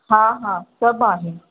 हा हा सभु आहे